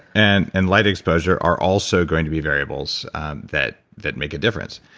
and and light exposure are also going to be variables that that make a difference,